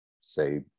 say